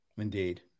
Indeed